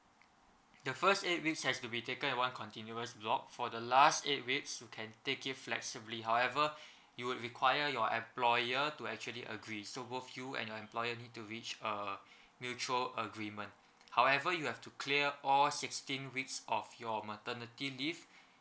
the first eight weeks has to be taken at one continuous block for the last eight weeks you can take it flexibly however you would require your employer to actually agree so both you and your employer need to reach uh mutual agreement however you have to clear all sixteen weeks of your maternity leave